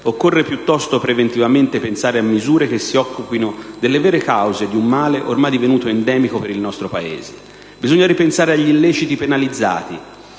Occorre piuttosto preventivamente pensare a misure che si occupino delle vere cause di un male ormai divenuto endemico per il nostro Paese. Bisogna ripensare agli illeciti penalizzati,